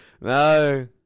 No